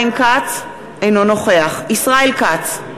אינו נוכח ישראל כץ,